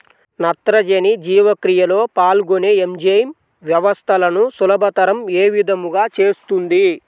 నత్రజని జీవక్రియలో పాల్గొనే ఎంజైమ్ వ్యవస్థలను సులభతరం ఏ విధముగా చేస్తుంది?